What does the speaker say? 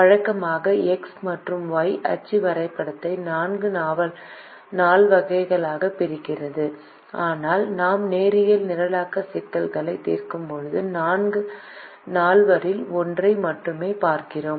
வழக்கமாக எக்ஸ் மற்றும் ஒய் அச்சு வரைபடத்தை 4 நால்வகைகளாகப் பிரிக்கிறது ஆனால் நாம் நேரியல் நிரலாக்க சிக்கல்களை தீர்க்கும்போது 4 நால்வரில் ஒன்றை மட்டுமே பார்க்கிறோம்